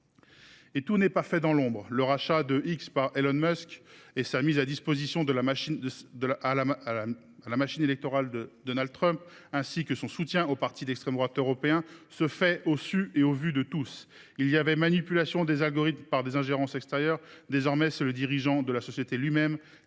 se fait pas pour autant dans l’ombre. Le rachat de X par Elon Musk et sa mise à la disposition de la machine électorale de Trump, ainsi que son soutien aux partis d’extrême droite européens, se font au su et au vu de tous. On connaissait la manipulation des algorithmes due à des ingérences extérieures ; désormais, c’est le dirigeant de la société lui même